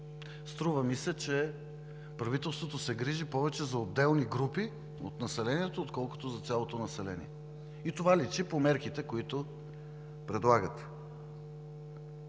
Струва ми се, че правителството се грижи повече за отделни групи от населението, отколкото за цялото население и това личи по мерките, които предлагате.